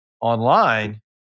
online